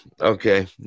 Okay